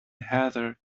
heather